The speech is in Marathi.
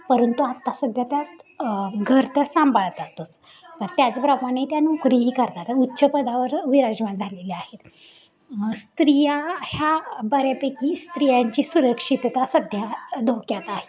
परंतु आत्ता सध्या त्या घर तर सांभाळतातच पण त्याचप्रमाणे त्या नोकरीही करतात आता उच्च पदावर विराजमान झालेल्या आहेत मग स्त्रिया ह्या बऱ्यापैकी स्त्रियांची सुरक्षितता सध्या धोक्यात आहे